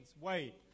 wait